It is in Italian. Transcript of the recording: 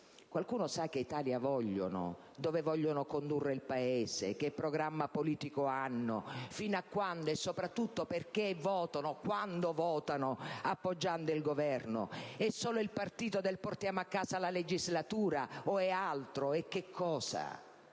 Qualcuno sa che Italia vogliono, dove vogliono condurre il Paese, che programma politico hanno, fino a quando, e soprattutto perché votano, quando votano, appoggiando il Governo? È solo il partito del «portiamo a casa la legislatura» o è altro? E che cosa?